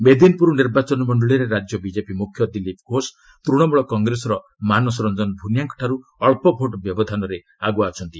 ମେଦିନ୍ପୁର ନିର୍ବାଚନ ମଣ୍ଡଳୀରେ ରାଜ୍ୟ ବିଜେପି ମ୍ରଖ୍ୟ ଦିଲ୍ଲୀପ ଘୋଷ ତୃଣମ୍ବଳ କଂଗ୍ରେସର ମାନସ ରଞ୍ଜନ ଭୂନିଆଙ୍କଠାର୍ ଅଳ୍ପ ଭୋଟ୍ ବ୍ୟବଧାନରେ ଆଗ୍ରଆ ଅଛନ୍ତି